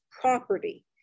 property